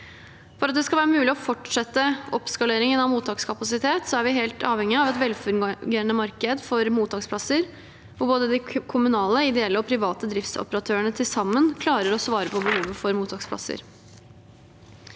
For at det skal være mulig å fortsette oppskaleringen av mottakskapasitet, er vi helt avhengige av et velfungerende marked for mottaksplasser, hvor både de kommunale, ideelle og private driftsoperatørene til sammen klarer å svare på behovet for mottaksplasser.